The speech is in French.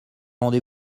rendez